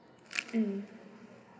mm